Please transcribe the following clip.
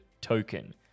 token